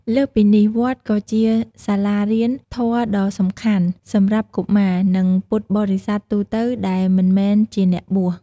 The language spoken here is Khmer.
លើសពីនេះ វត្តក៏ជា សាលារៀនធម៌ដ៏សំខាន់ សម្រាប់កុមារ និងពុទ្ធបរិស័ទទូទៅ ដែលមិនមែនជាអ្នកបួស។